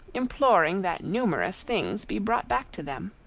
imploring that numerous things be brought back to them.